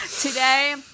Today